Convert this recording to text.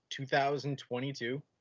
2022